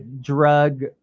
drug